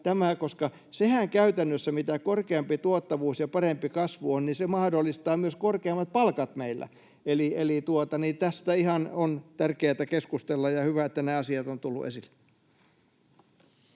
ja tämä... Sehän, mitä korkeampi tuottavuus ja parempi kasvu on, käytännössä mahdollistaa myös korkeammat palkat meillä. Eli tästä on ihan tärkeätä keskustella, ja on hyvä, että ne asiat ovat tulleet esille.